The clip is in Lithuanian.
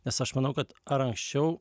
nes aš manau kad ar anksčiau